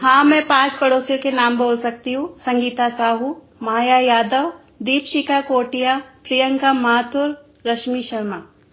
हाँ मैं पाँच पड़ोसियों के नाम बोल सकती हूँ संगीता साहू माया यादव दीपशिखा कोट्या प्रियंका माथुर रश्मि शर्मा